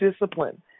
discipline